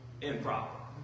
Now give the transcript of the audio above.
improper